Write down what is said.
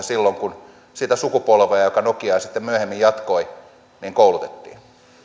silloin kun sitä sukupolvea joka nokiaa sitten myöhemmin jatkoi koulutettiin